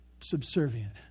subservient